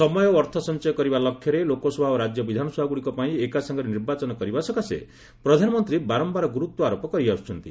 ସମୟ ଓ ଅର୍ଥ ସଞ୍ଚୟ କରିବା ଲକ୍ଷ୍ୟରେ ଲୋକସଭା ଓ ରାଜ୍ୟ ବିଧାନସଭାଗୁଡ଼ିକ ପାଇଁ ଏକାସାଙ୍ଗରେ ନିର୍ବାଚନ କରିବା ସକାଶେ ପ୍ରଧାନମନ୍ତ୍ରୀ ବାରମ୍ଭାର ଗୁରୁତ୍ୱ ଆରୋପ କରି ଆସୁଛନ୍ତି